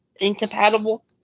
incompatible